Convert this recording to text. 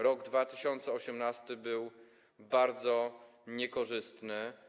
Rok 2018 był bardzo niekorzystny.